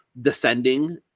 descending